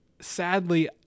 sadly